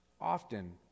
Often